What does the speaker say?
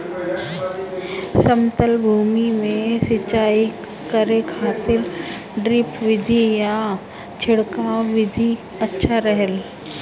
समतल भूमि में सिंचाई करे खातिर ड्रिप विधि या छिड़काव विधि अच्छा रहेला?